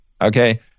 Okay